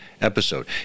episode